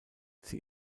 sie